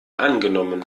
angenommen